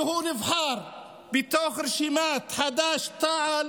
שהוא נבחר מתוך רשימת חד"ש-תע"ל,